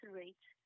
rate